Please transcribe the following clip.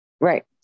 Right